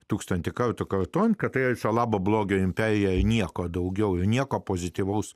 tūkstantį kartų kartojant kad tai viso labo blogio imperija jei nieko daugiau nieko pozityvaus